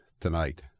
tonight